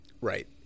Right